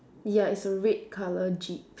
ya it's a red colour jeep